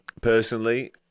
Personally